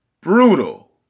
brutal